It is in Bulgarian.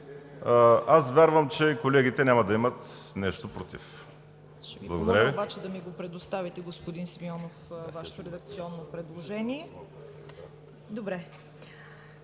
Вярвам, че колегите няма да имат нещо против.